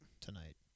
tonight